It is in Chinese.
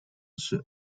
方式